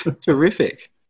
Terrific